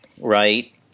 Right